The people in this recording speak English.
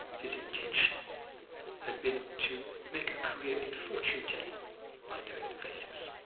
his intention had been to make a career in fortune-telling by knowing the vedas,